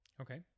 Okay